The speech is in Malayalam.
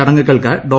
ചടങ്ങുകൾക്ക് ഡോ